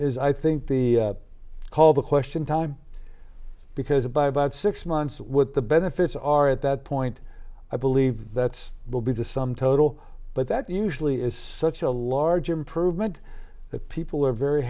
is i think the call the question time because by about six months what the benefits are at that point i believe that's will be the sum total but that usually is such a large improvement that people are very